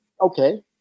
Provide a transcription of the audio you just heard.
okay